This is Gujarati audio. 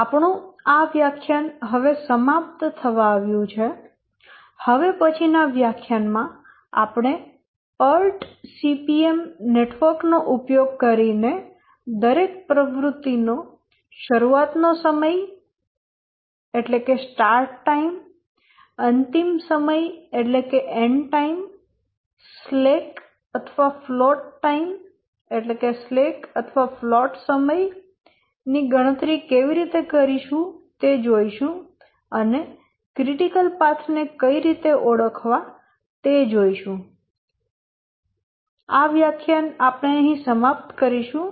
આપણુ વ્યાખ્યાન હવે સમાપ્ત થવા આવ્યું છે હવે પછીનાં વ્યાખ્યાનમાં આપણે PERT CPM નેટવર્ક નો ઉપયોગ કરીને દરેક પ્રવૃત્તિ નો શરૂઆત નો સમય અંતિમ સમય સ્લેક અથવા ફ્લોટ સમય ની ગણતરી કેવી રીતે કરીશું તે જોઈશું અને ક્રિટિકલ પાથ ને કઈ રીતે ઓળખવા તે જોઈશું